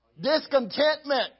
Discontentment